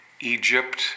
Egypt